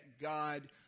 God